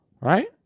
right